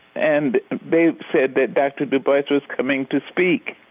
and they said that dr. du bois was coming to speak.